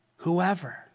Whoever